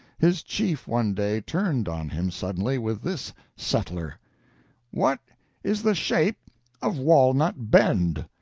his chief one day turned on him suddenly with this settler what is the shape of walnut bend?